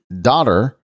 daughter